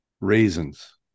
Raisins